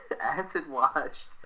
acid-washed